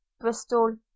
Bristol